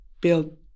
build